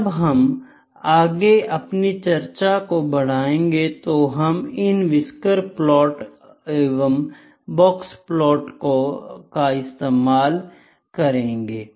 जब हम आगे अपनी चर्चा को बढ़ाएंगे तो हम इन व्हिस्कर प्लॉट एवं बॉक्सप्लॉट को इस्तेमाल करेंगे